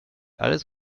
alles